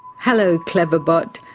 hello cleverbot. but